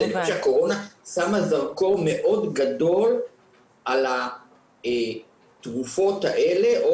הקורונה שמה זרקור מאוד גדול על התרופות האלה או